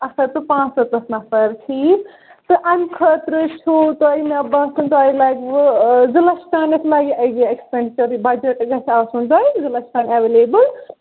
اَکھ ہَتھ تہٕ پانٛژھ سَتَتھ نَفَر ٹھیٖک تہٕ امہِ خٲطرٕ چھُو تۄہہِ مےٚ باسان تۄہہِ لَگوٕ زٕ لَچھ تانٮ۪تھ لَگیو یہِ اٮ۪کسپٮ۪نڈِچَر یہِ بَجَٹ گژھِ آسُن تۄہہِ زٕ لِچھ تانۍ اٮ۪ولیبٕل